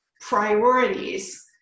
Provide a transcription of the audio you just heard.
priorities